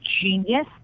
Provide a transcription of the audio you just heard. genius